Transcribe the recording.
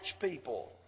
people